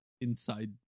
inside